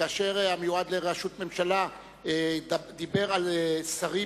כאשר המיועד לראשות ממשלה דיבר על שרים